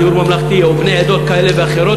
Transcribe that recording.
גיור ממלכתי או בני עדות כאלה ואחרות,